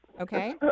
Okay